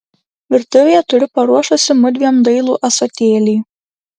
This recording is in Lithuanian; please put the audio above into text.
virtuvėje turiu paruošusi mudviem dailų ąsotėlį